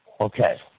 Okay